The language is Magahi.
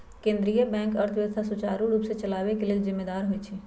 केंद्रीय बैंक अर्थव्यवस्था सुचारू रूप से चलाबे के लेल जिम्मेदार होइ छइ